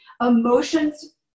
Emotions